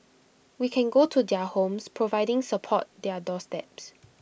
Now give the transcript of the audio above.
we can go to their homes providing support their doorsteps